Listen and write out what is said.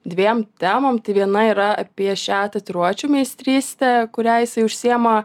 dviem temom tai viena yra apie šią tatuiruočių meistrystę kuria jisai užsiema